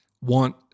want